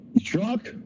Truck